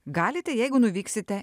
galite jeigu nuvyksite